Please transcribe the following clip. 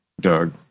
Doug